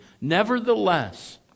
Nevertheless